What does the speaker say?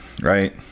right